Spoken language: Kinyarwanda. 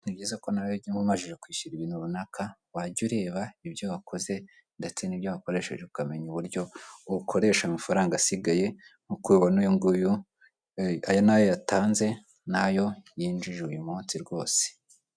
Ikirangantego cy'igihugu cy'u Rwanda, harimo idirishya, ibirahure, n'ibyuma ku mpande kumagambo yanditse y'umukara mu rurimi rw'icyongereza.